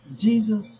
Jesus